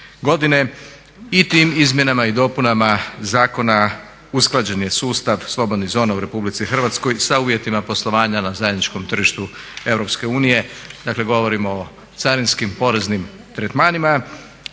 godine i tim izmjenama i dopunama zakona usklađen je sustav slobodnih zona u RH sa uvjetima poslovanja na zajedničkom tržištu EU, dakle govorimo o carinskim, poreznim tretmanima